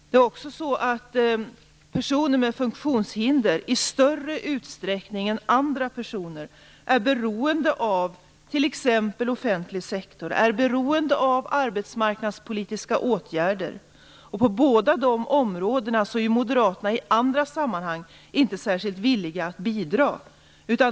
Det är också så att personer med funktionshinder i större utsträckning än andra personer är beroende av t.ex. offentlig sektor och arbetsmarknadspolitiska åtgärder. På båda dessa områden är moderaterna i andra sammanhang inte särskilt villiga att bidra.